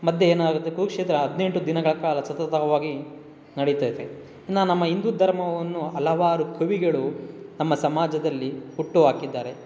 ಮಧ್ಯೆ ಏನಾಗುತ್ತೆ ಕುರುಕ್ಷೇತ್ರ ಹದಿನೆಂಟು ದಿನಗಳ ಕಾಲ ಸತತವಾಗಿ ನಡೀತೈತೆ ಇನ್ನು ನಮ್ಮ ಹಿಂದೂ ಧರ್ಮವನ್ನು ಹಲವಾರು ಕವಿಗಳು ನಮ್ಮ ಸಮಾಜದಲ್ಲಿ ಹುಟ್ಟು ಹಾಕಿದ್ದಾರೆ